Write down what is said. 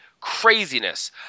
craziness